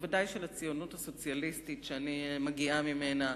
בוודאי של הציונות הסוציאליסטית שאני מגיעה ממנה,